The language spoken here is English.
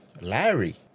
Larry